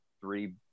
three